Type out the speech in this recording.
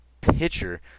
pitcher